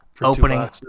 opening